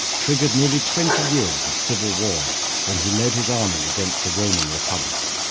triggered nearly twenty years of civil war when he led his army against the roman republic.